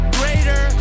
greater